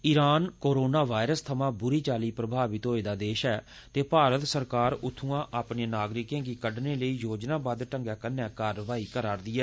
Iran corona virus थमां बुरी चाल्ली प्रमावित होए दा ऐ ते भारत सरकार उत्थूआं अपने नागरिकें गी कड्ढने लेई योजनाबद्व ढंगै कन्नै कारवाई करै'रदी ऐ